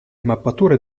mappature